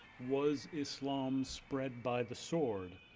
was islam spread by the sword?